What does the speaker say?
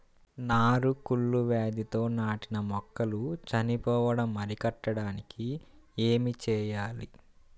నారు కుళ్ళు వ్యాధితో నాటిన మొక్కలు చనిపోవడం అరికట్టడానికి ఏమి చేయాలి?